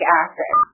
acid